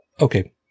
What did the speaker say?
okay